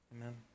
Amen